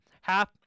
Half